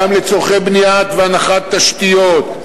גם לצורכי בניית והנחת תשתיות,